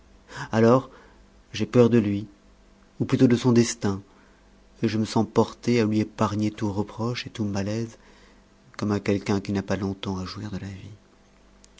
alors j'ai comme peur de lui ou plutôt de son destin et je me sens porté à lui épargner tout reproche et tout malaise comme à quelqu'un qui n'a pas longtemps à jouir de la vie